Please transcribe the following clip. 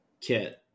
kit